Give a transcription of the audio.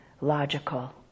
logical